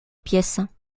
pièce